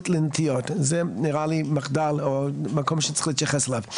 לנטיעות נראה לי מחדל שצריך להתייחס אליו.